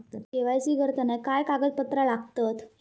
KYC करताना काय कागदपत्रा लागतत?